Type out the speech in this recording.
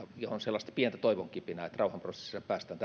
on sellaista pientä toivonkipinää että rauhanprosessissa päästään